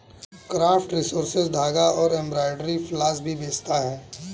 craft resources धागा और embroidery floss भी बेचता है